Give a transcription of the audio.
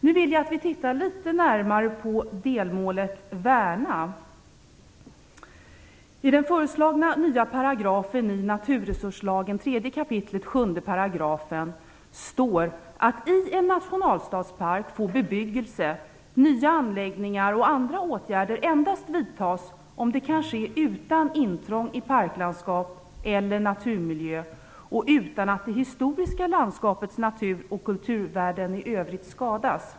Nu vill jag att vi tittar litet närmare på målet att värna. I den föreslagna nya paragrafen, 3 kap. 7 § naturresurslagen, står att i en nationalstadspark får bebyggelse, nya anläggningar och andra åtgärder endast vidtas om det kan ske utan intrång i parklandskap eller naturmiljö och utan att det historiska landskapets natur och kulturvärden i övrigt skadas.